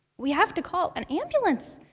we have to call an ambulance!